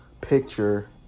picture